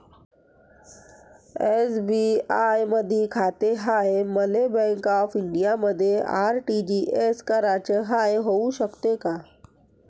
SBI मधी खाते हाय, मले बँक ऑफ इंडियामध्ये आर.टी.जी.एस कराच हाय, होऊ शकते का?